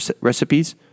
recipes